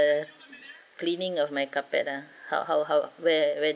the cleaning of my carpet ah how how how where where